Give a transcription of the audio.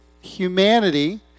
humanity